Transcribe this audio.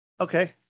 Okay